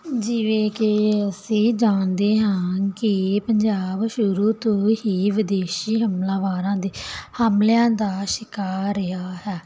ਜਿਵੇਂ ਕਿ ਅਸੀਂ ਜਾਣਦੇ ਹਾਂ ਕਿ ਪੰਜਾਬ ਸ਼ੁਰੂ ਤੋਂ ਹੀ ਵਿਦੇਸ਼ੀ ਹਮਲਾਵਾਰਾਂ ਦੇ ਹਮਲਿਆਂ ਦਾ ਸ਼ਿਕਾਰ ਰਿਹਾ ਹੈ